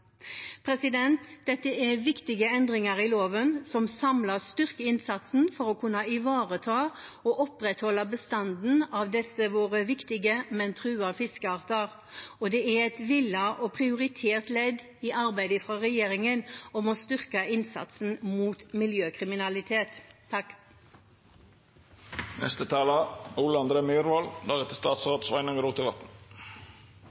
Dette er viktige endringer i loven som samlet sett styrker innsatsen for å kunne ivareta og opprettholde bestanden av disse viktige, men truede fiskeartene våre. Det er et villet og prioritert ledd i regjeringens arbeid for å styrke innsatsen mot miljøkriminalitet.